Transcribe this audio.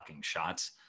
shots